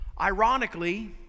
Ironically